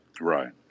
Right